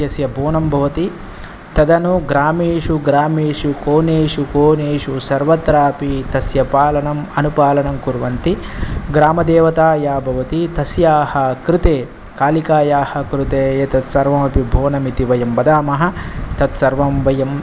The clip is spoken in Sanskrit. इत्यस्य बोनं भवति तदनु ग्रामेषु ग्रामेषु कोणेषु कोणेषु सर्वत्रापि तस्य पालनम् अनुपालनं कुर्वन्ति ग्रामदेवता या भवति तस्याः कृते कालिकायाः कृते एतत् सर्वमपि बोनमिति वयं वदामः तत् सर्वं वयं